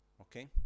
okay